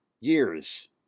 years